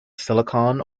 silicon